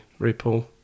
RuPaul